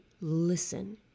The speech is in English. listen